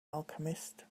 alchemist